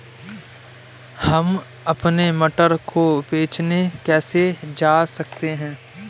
हम अपने मटर को बेचने कैसे जा सकते हैं?